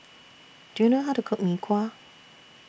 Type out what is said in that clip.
Do YOU know How to Cook Mee Kuah